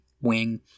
wing